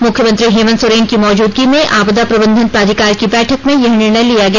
मुख्यमंत्री हेमंत सोरेन की मौजूदगी में आपदा प्रबंधन प्राधिकार की बैठक में यह निर्णय लिया गया